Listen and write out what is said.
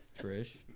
Trish